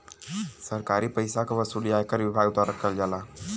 सरकारी पइसा क वसूली आयकर विभाग द्वारा करल जाला